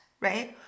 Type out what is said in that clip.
right